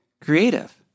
creative